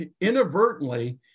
inadvertently